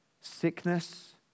sickness